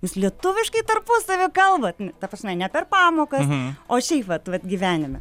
jūs lietuviškai tarpusavy kalbat ta prasme ne per pamokas o šiaip vat vat gyvenime